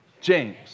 James